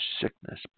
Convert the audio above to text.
sickness